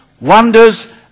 wonders